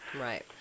Right